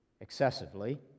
excessively